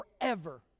forever